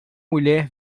mulher